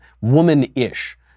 Woman-ish